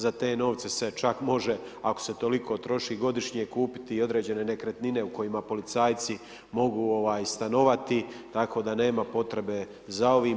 Za te novce se čak može, ako se toliko troši godišnje, kupiti određene nekretnine u kojima policajci mogu stanovati, tako da nema potrebe za ovime.